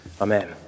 Amen